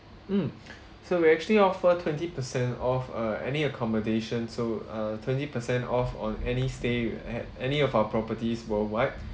mm so we actually offer twenty percent off uh any accommodation so uh twenty percent off on any stay at any of our properties worldwide